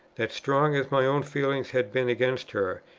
that, strong as my own feelings had been against her,